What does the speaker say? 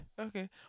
okay